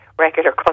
regular